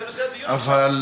זה נושא הדיון עכשיו?